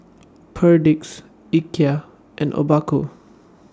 Perdix Ikea and Obaku